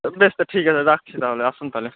তা বেশ তা ঠিক আছে রাখছি তাহলে আসুন তাহলে